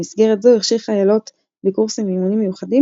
במסגרת זו הכשיר חיילות בקורסים ואימונים מיוחדים,